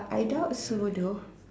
I doubt so though